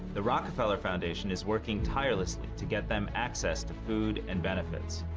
the rockefeller foundation is working tirelessly to get them access to food and benefits.